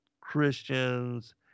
Christians